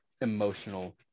emotional